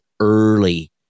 early